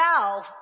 valve